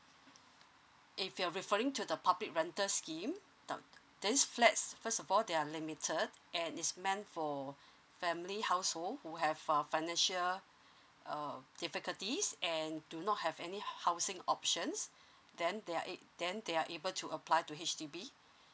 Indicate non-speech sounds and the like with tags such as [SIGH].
if you are referring to the public rental rental scheme uh these flats first of all they are limited and is meant for [BREATH] family household who have a financial [BREATH] uh difficulties and do not have any housing options [BREATH] then they're it then they are able to apply to H_D_B